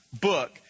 book